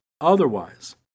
otherwise